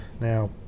Now